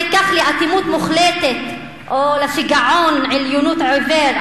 כך לאטימות מוחלטת או לשיגעון עליונות עיוור,